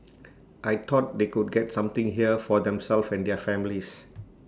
I thought they could get something here for themselves and their families